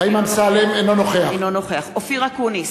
אינו נוכח אופיר אקוניס,